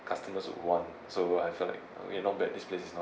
customers would want so I feel like we're not bad this place is not